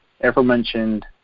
aforementioned